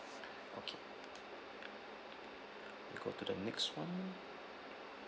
okay go to the next one